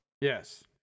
Yes